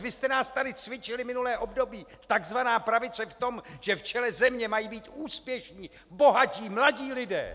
Vy jste nás tady cvičili minulé období, takzvaná pravice, v tom, že v čele země mají být úspěšní, bohatí, mladí lidé!